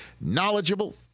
knowledgeable